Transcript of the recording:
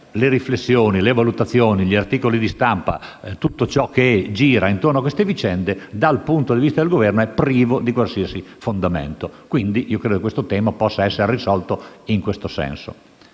le riflessioni, le valutazioni, gli articoli di stampa e tutto ciò che gira intorno a queste vicende, dal punto di vista del Governo è privo di qualsiasi fondamento. Quindi, io credo che questo tema possa essere risolto in questo senso.